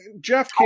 Jeff